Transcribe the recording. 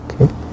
okay